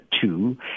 two